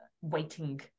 waiting